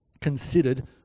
considered